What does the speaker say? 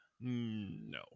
No